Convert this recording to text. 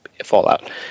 fallout